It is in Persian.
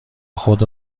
خود